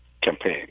campaign